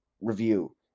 review